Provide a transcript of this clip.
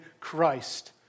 Christ